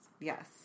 Yes